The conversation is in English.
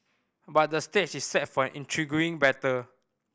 but the stage is set for an intriguing battle